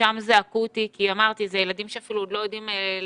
ששם זה אקוטי כי אמרתי שאלה ילדים שאפילו עוד לא יודעים לצייר,